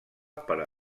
pera